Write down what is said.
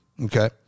Okay